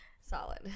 Solid